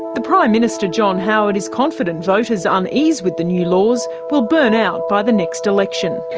the prime minister john howard is confident voters' unease with the new laws will burn out by the next election.